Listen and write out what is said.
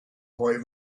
boy